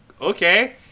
okay